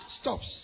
stops